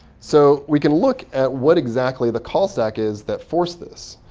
so we can look at what exactly the call stack is that forced this.